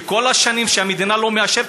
שכל השנים שהמדינה לא מאשרת,